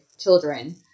children